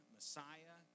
Messiah